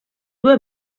due